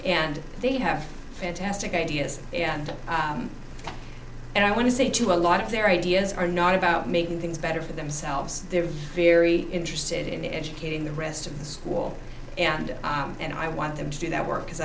and they have fantastic ideas and i want to say to a lot of their ideas are not about making things better for themselves they're very interested in educating the rest of the school and and i want them to do that work because